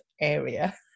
area